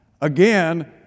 Again